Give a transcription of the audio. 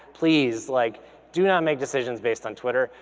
please like do not make decisions based on twitter.